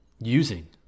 Using